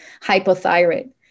hypothyroid